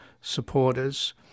supporters